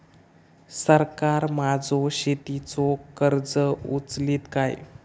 सरकार माझो शेतीचो खर्च उचलीत काय?